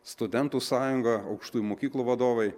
studentų sąjunga aukštųjų mokyklų vadovai